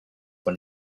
for